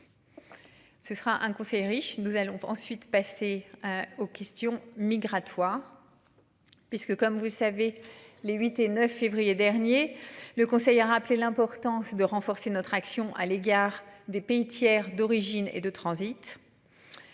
Ce sera un conseil riche, nous allons ensuite passer. Aux questions migratoires. Puisque comme vous savez les 8 et 9 février dernier, le Conseil a rappelé l'importance de renforcer notre action à l'égard des pays tiers, d'origine et de transit.